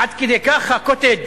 עד כדי כך ה"קוטג'"